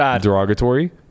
derogatory